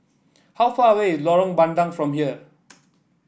how far away is Lorong Bandang from here